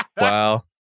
Wow